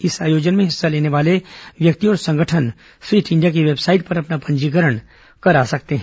इस आयोजन में हिस्सा लेने वाले व्यक्ति और संगठन फिट इंडिया की वेबसाइट पर अपना पंजीकरण करा सकते हैं